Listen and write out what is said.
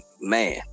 man